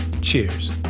cheers